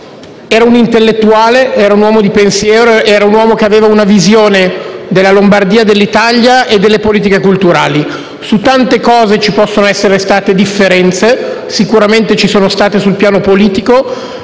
Era un intellettuale, un uomo di pensiero, un uomo che aveva una visione della Lombardia, dell'Italia e delle politiche culturali. Su molte questioni possono esserci state differenze, sicuramente ci sono state sul piano politico,